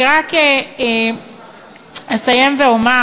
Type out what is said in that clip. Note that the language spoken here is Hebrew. אני רק אסיים ואומר